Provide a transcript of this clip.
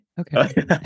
okay